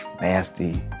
nasty